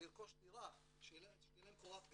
לרכוש דירה שתהיה להם קורת גג.